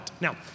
Now